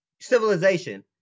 civilization